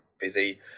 busy